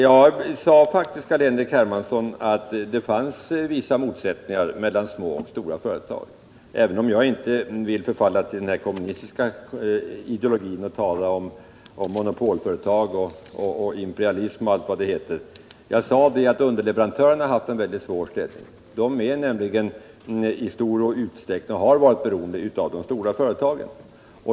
Jag sade faktiskt, Carl-Henrik Hermansson, att det finns vissa motsättningar mellan små och stora företag, även om jag inte ville förfalla till den kommunistiska ideologin och tala om monopolföretag och imperialism. Jag anförde att underleverantörerna har haft och har en väldigt svår ställning. De är nämligen i stor utsträckning beroende av de stora företagen.